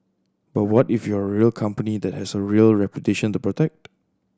but what if you are a real company that has a real reputation to protect